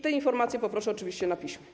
Te informacje poproszę oczywiście na piśmie.